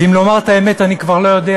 ואם לומר את האמת, אני כבר לא יודע